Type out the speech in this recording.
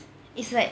it's like